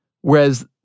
whereas